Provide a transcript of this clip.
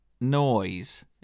noise